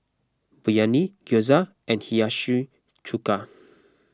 Biryani Gyoza and Hiyashi Chuka